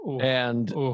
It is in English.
and-